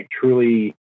truly